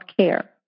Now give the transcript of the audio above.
care